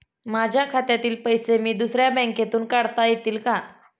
माझ्या खात्यातील पैसे मी दुसऱ्या बँकेतून काढता येतील का?